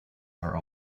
are